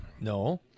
No